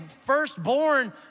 firstborn